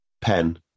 pen